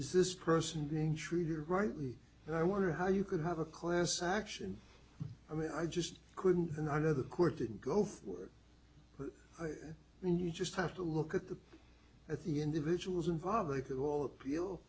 is this person being treated rightly and i wonder how you could have a class action i mean i just couldn't and i know the court didn't go for it but you just have to look at the at the individuals involved they could all appeal